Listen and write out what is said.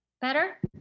better